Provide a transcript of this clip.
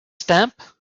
stamp